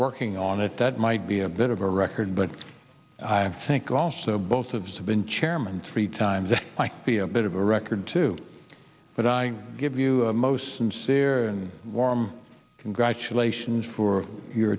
working on it that might be a bit of a record but i think also both of us have been chairman three times i might be a bit of a record too but i give you the most sincere and warm congratulations for your